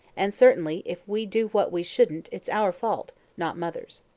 and, certainly, if we do what we shouldn't it's our fault, not mother's.